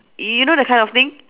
you know that kind of thing